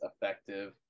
effective